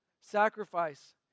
Sacrifice